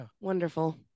Wonderful